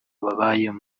babayemo